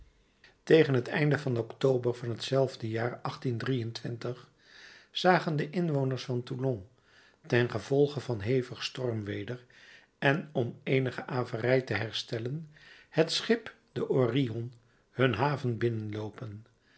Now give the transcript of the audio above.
tegen het einde van october van hetzelfde jaar zagen de inwoners van toulon tengevolge van hevig stormweder en om eenige averij te herstellen het schip de orion hun haven binnenloopen